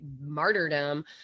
martyrdom